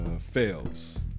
fails